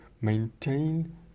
maintain